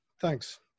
thanks